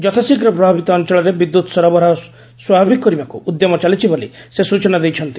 ଯଥାଶୀଘ୍ର ପ୍ରଭାବିତ ଅଂଚଳରେ ବିଦ୍ଧୁତ୍ ସରବରାହ ସ୍ୱାଭାବିକ କରିବାକୁ ଉଦ୍ୟମ ଚାଲିଛି ବୋଲି ସେ ସ୍ଚନା ଦେଇଛନ୍ତି